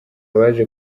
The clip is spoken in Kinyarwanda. baje